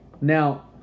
Now